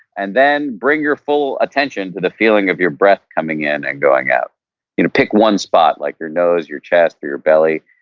and then bring your full attention to the feeling of your breath coming in, and going out you know pick one spot, like your nose, your chest, or your belly,